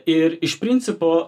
ir iš principo